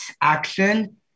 action